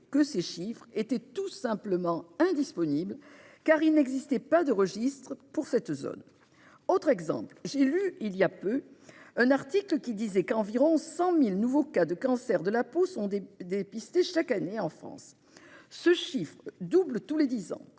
que ces chiffres étaient tout simplement indisponibles, car il n'existait pas de registre pour cette zone. Autre exemple : un article que j'ai lu il y a peu disait qu'environ 100 000 nouveaux cas de cancers de la peau sont dépistés chaque année en France. Ce chiffre double tous les dix ans.